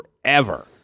forever